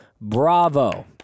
bravo